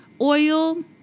oil